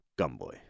Gumboy